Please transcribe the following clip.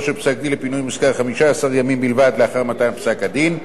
של פסק-דין לפינוי מושכר 15 ימים בלבד לאחר מתן פסק-הדין.